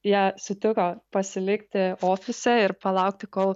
ją sutiko pasilikti ofise ir palaukti kol